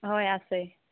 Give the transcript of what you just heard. হয় আছে